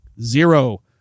zero